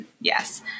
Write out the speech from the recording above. Yes